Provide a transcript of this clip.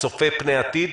צופה פני עתיד,